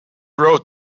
wrote